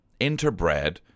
interbred